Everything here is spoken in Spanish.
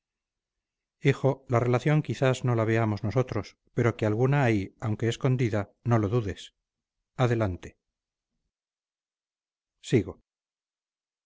hijo la relación quizás no la veamos nosotros pero que alguna hay aunque escondida no lo dudes adelante sigo